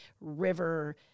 river